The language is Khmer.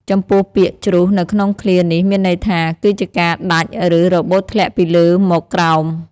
ចំពោះពាក្យ ជ្រុះ នៅក្នុងឃ្លានេះមានន័យថា គឺជាការដាច់ ឬរបូតធ្លាក់ពីលើមកក្រោម។